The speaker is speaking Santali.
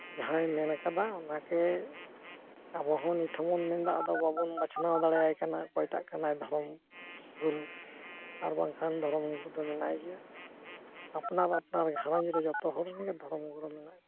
ᱡᱟᱦᱟᱸᱭ ᱢᱮᱱ ᱠᱟᱫᱟ ᱚᱱᱟ ᱜᱮ ᱟᱵᱚ ᱦᱚᱸ ᱱᱤᱛ ᱦᱚᱸᱵᱚᱱ ᱢᱮᱱ ᱮᱫᱟ ᱟᱫᱚ ᱵᱟᱵᱚᱱ ᱵᱟᱪᱷᱱᱟᱣ ᱫᱟᱲᱮᱣᱟᱭ ᱠᱟᱱᱟ ᱚᱠᱚᱭᱴᱟᱜ ᱠᱟᱱᱟᱭ ᱫᱷᱚᱨᱚᱢ ᱜᱩᱨᱩ ᱟᱨ ᱵᱟᱝᱠᱷᱟᱱ ᱫᱷᱚᱨᱚᱢ ᱜᱩᱨᱩ ᱫᱚ ᱢᱮᱱᱟᱭ ᱜᱮᱭᱟ ᱟᱯᱱᱟᱨ ᱟᱯᱱᱟᱨ ᱜᱷᱟᱨᱚᱸᱡᱽ ᱨᱮ ᱡᱚᱛᱚ ᱦᱚᱲ ᱨᱮᱱ ᱜᱮ ᱫᱷᱚᱨᱚᱢ ᱜᱩᱨᱩ ᱢᱮᱱᱟᱭᱟ